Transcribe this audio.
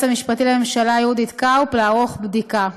המשפטי לממשלה יהודית קרפ לערוך בדיקה.